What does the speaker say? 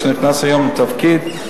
שנכנס היום לתפקיד.